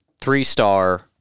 three-star